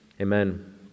Amen